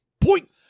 point